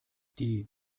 die